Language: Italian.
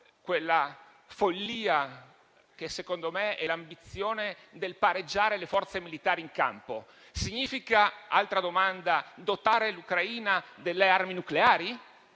quella follia che, secondo me, è l'ambizione del pareggiare le forze militari in campo? Significa dotare l'Ucraina delle armi nucleari?